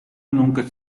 nunca